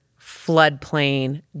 floodplain